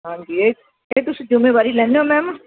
ਹਾਂਜੀ ਇਹ ਇਹ ਤੁਸੀਂ ਜ਼ਿੰਮੇਵਾਰੀ ਲੈਂਦੇ ਹੋ ਮੈਮ